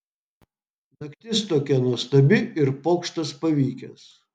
naktis tokia nuostabi ir pokštas pavykęs